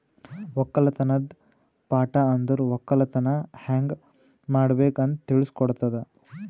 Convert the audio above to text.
ಒಕ್ಕಲತನದ್ ಪಾಠ ಅಂದುರ್ ಒಕ್ಕಲತನ ಹ್ಯಂಗ್ ಮಾಡ್ಬೇಕ್ ಅಂತ್ ತಿಳುಸ್ ಕೊಡುತದ